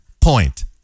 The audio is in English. point